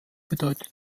bedeutet